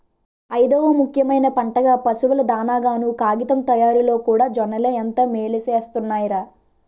ఐదవ ముఖ్యమైన పంటగా, పశువుల దానాగాను, కాగితం తయారిలోకూడా జొన్నలే ఎంతో మేలుసేస్తున్నాయ్ రా